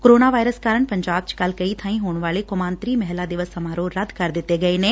corona virus ਕਾਰਨ ਪੰਜਾਬ ਚ ਕੱਲੂ ਕਈ ਥਾਈਂ ਹੋਣ ਵਾਲੇ ਕੌਮਾਂਤਰੀ ਮਹਿਲਾ ਦਿਵਸ ਸਮਾਰੋਹ ਰੱਦ ਕਰ ਦਿੱਤੇ ਨੇ